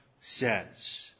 says